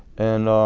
and